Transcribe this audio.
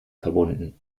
verbunden